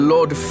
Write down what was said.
Lord